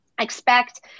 expect